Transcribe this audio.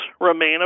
remain